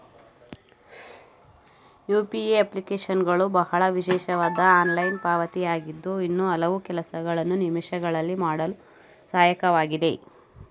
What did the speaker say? UPA ಅಪ್ಲಿಕೇಶನ್ಗಳು ಬಹಳ ವಿಶೇಷವಾದ ಆನ್ಲೈನ್ ಪಾವತಿ ಆಗಿದ್ದು ಇನ್ನೂ ಹಲವು ಕೆಲಸಗಳನ್ನು ನಿಮಿಷಗಳಲ್ಲಿ ಮಾಡಲು ಸಹಾಯಕವಾಗಿದೆ